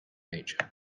nature